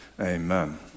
amen